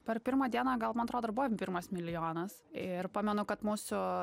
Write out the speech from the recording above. per pirmą dieną gal man atrodo ir buvo pirmas milijonas ir pamenu kad mūsų